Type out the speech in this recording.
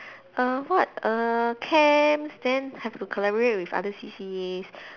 err what err camps then have to collaborate with other C_C_As